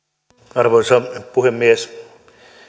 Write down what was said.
arvoisa puhemies